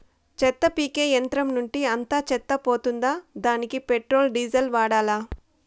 చెత్త పీకే యంత్రం నుండి అంతా చెత్త పోతుందా? దానికీ పెట్రోల్, డీజిల్ వాడాలా?